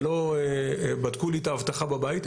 ולא בדקו לי את האבטחה בבית,